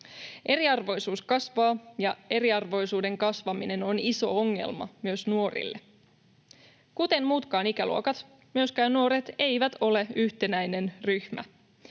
Eriarvoisuus kasvaa, ja eriarvoisuuden kasvaminen on iso ongelma myös nuorille. Kuten eivät muutkaan ikäluokat, myöskään nuoret eivät ole yhtenäinen ryhmä.